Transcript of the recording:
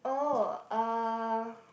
oh uh